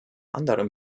anderem